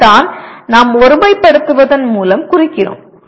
அதைத்தான் நாம் ஒருமைப்படுத்துவதன் மூலம் குறிக்கிறோம்